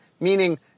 Meaning